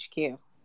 HQ